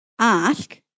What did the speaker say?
Ask